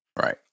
Right